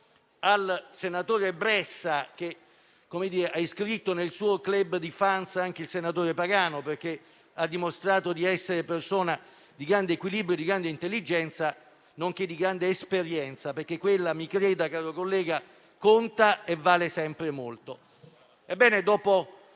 il senatore Bressa, che ha iscritto nel suo *club* di *fan* anche il senatore Pagano, perché ha dimostrato di essere persona di grande equilibrio, di grande intelligenza, nonché di grande esperienza; mi creda, caro collega, quella conta e vale sempre molto.